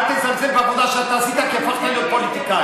אל תזלזל בעבודה שאתה עשית כי הפכת להיות פוליטיקאי.